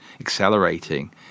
accelerating